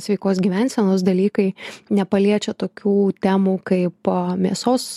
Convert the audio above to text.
sveikos gyvensenos dalykai nepaliečia tokių temų kaip mėsos